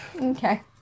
Okay